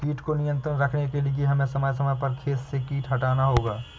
कीट को नियंत्रण रखने के लिए हमें समय समय पर खेत से कीट हटाना होगा